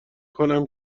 کنم